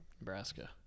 Nebraska